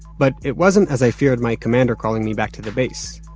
but it wasn't, as i feared, my commander calling me back to the base.